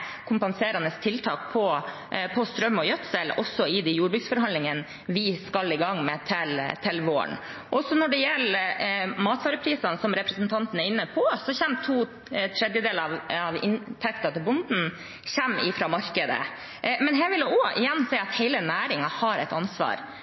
kompenserende tiltak på strøm og gjødsel også i de jordbruksforhandlingene vi skal i gang med til våren. Når det gjelder matvareprisene, som representanten er inne på, kommer to tredeler av inntektene til bonden fra markedet. Her vil jeg igjen si